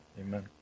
Amen